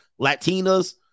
Latinas